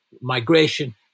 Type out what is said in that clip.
migration